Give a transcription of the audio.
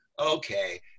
okay